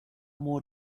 more